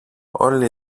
όλη